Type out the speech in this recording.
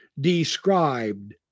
described